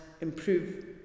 improve